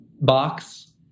box